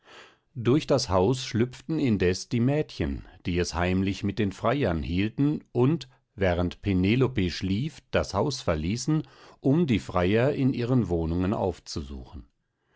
durch das haus schlüpften indes die mädchen die es heimlich mit den freiern hielten und während penelope schlief das haus verließen um die freier in ihren wohnungen aufzusuchen